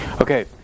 okay